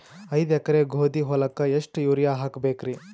ಐದ ಎಕರಿ ಗೋಧಿ ಹೊಲಕ್ಕ ಎಷ್ಟ ಯೂರಿಯಹಾಕಬೆಕ್ರಿ?